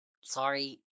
sorry